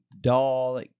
doll